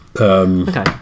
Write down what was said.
Okay